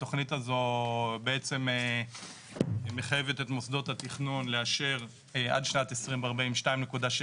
התוכנית הזו בעצם מחייבת את מוסדות התכנון לאשר עד שנת 2040 2.6